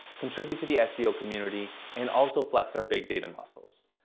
contribute to the seo community, and also flex our big-data muscles.